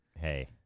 Hey